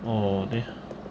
oh they